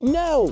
no